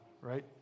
right